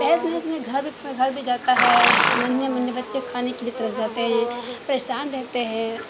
تہس نہس میں گھر بھی گھر بھی جاتا ہے ننھے منھے بچے کھانے کی بھی ترس جاتے ہیں پریشان رہتے ہیں